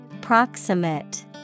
Proximate